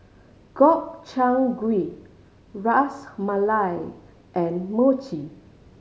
Gobchang Gui Ras Malai and Mochi